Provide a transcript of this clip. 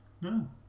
No